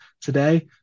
today